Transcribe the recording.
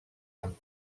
amb